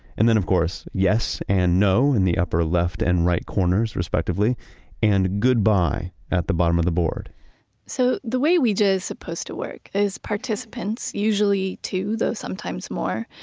and then of course, yes and no in the upper left and right corners respectively and goodbye at the bottom of the board so the way ouija supposed to work is participants, usually two, though sometimes more,